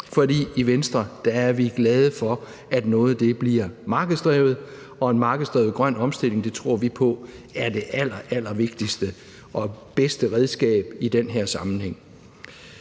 For i Venstre er vi glade for, at noget bliver markedsdrevet, og en markedsdrevet grøn omstilling tror vi på er det allerallervigtigste og bedste redskab i den her sammenhæng.